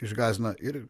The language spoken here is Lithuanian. išgąsdina ir